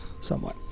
Somewhat